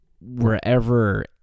wherever